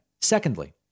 Secondly